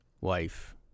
wife